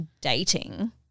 dating